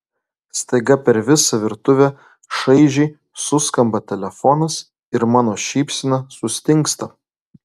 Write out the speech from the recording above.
staiga per visą virtuvę šaižiai suskamba telefonas ir mano šypsena sustingsta